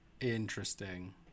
Interesting